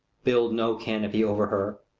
build no canopy over her.